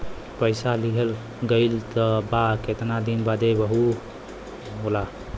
पइसा लिहल गइल बा केतना दिन बदे वहू होला